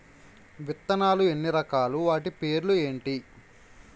విత్తనాలు ఎన్ని రకాలు, వాటి పేర్లు ఏంటి?